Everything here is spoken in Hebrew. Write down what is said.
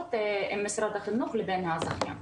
ההתקשרות עם משרד החינוך לבין הזכיין.